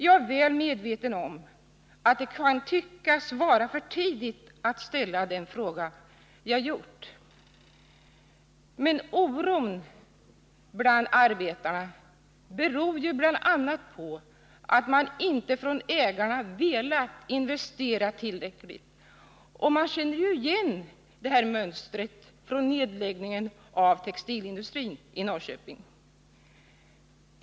Jag är väl medveten om att det kan tyckas vara för tidigt att ställa den fråga som jag nu ställt. Men oron hos arbetarna beror ju bl.a. på att ägarna inte velat investera tillräckligt. Man känner igen det här mönstret från nedläggningen av textilindustrin i Norrköping.